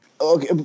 Okay